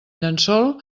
llençol